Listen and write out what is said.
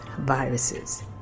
viruses